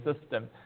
system